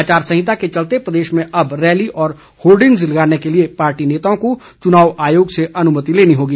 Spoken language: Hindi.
आचार संहिता के चलते प्रदेश में अब रैली व होर्डिंगस लगाने के लिए पार्टी नेताओं को चुनाव आयोग से अनुमति लेनी होगी